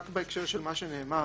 רק בהקשר של מה שנאמר